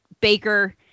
baker